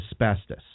asbestos